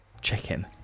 chicken